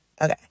okay